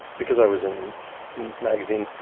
because i was in a magazine,